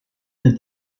did